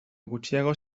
gutxiago